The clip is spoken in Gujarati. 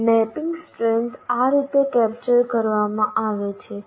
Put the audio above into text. મેપિંગ સ્ટ્રેન્થ આ રીતે કેપ્ચર કરવામાં આવે છે